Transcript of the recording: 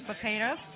potatoes